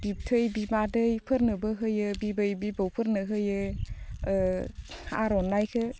बिब्थै बिमादैफोरनोबो होयो बिबै बिबौफोरनो होयो आरनाइखौ